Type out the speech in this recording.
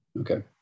Okay